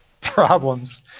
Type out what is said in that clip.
problems